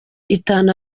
itanu